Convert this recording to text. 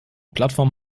plattform